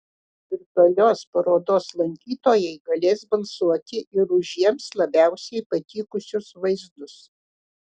virtualios parodos lankytojai galės balsuoti ir už jiems labiausiai patikusius vaizdus